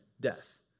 death